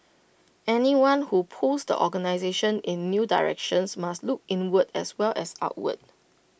anyone who pulls the organisation in new directions must look inward as well as outward